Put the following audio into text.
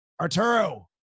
Arturo